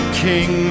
king